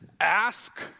Ask